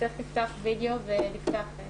אגף הכספים שלכם לא מחובר.